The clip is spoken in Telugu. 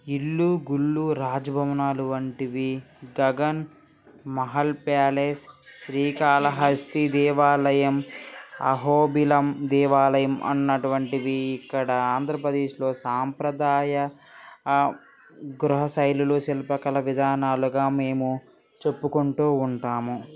ఇల్లు గుళ్ళు రాజభవనాలు వంటివి గగన్ మహల్ ప్యాలెస్ శ్రీకాళహస్తి దేవాలయం అహోబిలం దేవాలయం అనేటటువంటిది ఇక్కడ ఆంధ్రప్రదేశ్లో సాంప్రదాయ గృహ శైలిలు శిల్పకళ విధానాలుగా మేము చెప్పుకుంటూ ఉంటాము